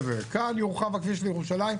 כאן יורחב הכביש לירושלים,